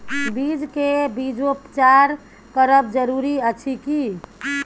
बीज के बीजोपचार करब जरूरी अछि की?